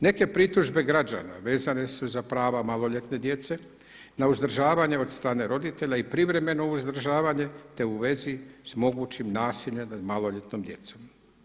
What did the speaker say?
Neke pritužbe građana vezane su za prava maloljetne djece, na uzdržavanje od strane roditelja i privremeno uzdržavanje te u vezi s mogućim nasiljem nad maloljetnom djecom.